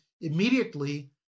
immediately